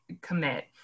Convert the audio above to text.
commit